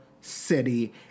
city